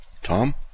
Tom